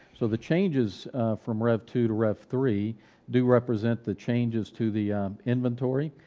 so the changes from rev two to rev three do represent the changes to the inventory,